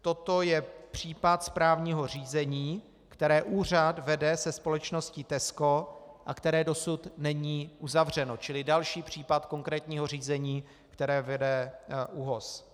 Toto je případ správního řízení, které úřad vede se společností Tesco a které dosud není uzavřeno, čili další případ konkrétního řízení, které vede ÚOHS.